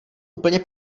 úplně